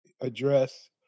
address